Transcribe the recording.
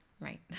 right